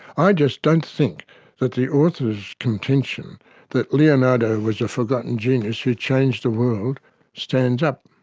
i just don't think that the author's contention that leonardo was a forgotten genius who changed the world stands up.